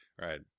Right